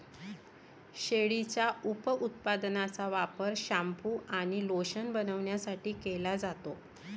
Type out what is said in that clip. शेळीच्या उपउत्पादनांचा वापर शॅम्पू आणि लोशन बनवण्यासाठी केला जातो